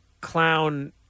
clown